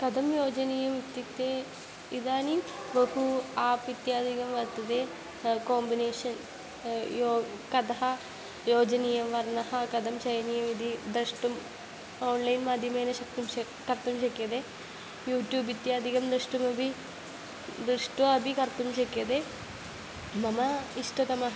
कथं योजनीयम् इत्युक्ते इदानीं बहु आप् इत्यादिकं वर्तते कोम्बिनेशन् यो कथं योजनीयं वर्णः कथं चयनीयमिति द्रष्टुम् आन्लैन् माध्यमेन शक्तुं शक् कर्तुं शक्यते यूट्यूब् इत्यादिकं द्रष्टुमपि दृष्ट्वा अपि कर्तुं शक्यते मम इष्टतमः